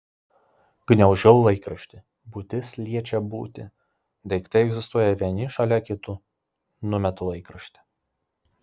gniaužau laikraštį būtis liečia būtį daiktai egzistuoja vieni šalia kitų numetu laikraštį